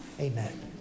Amen